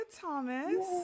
Thomas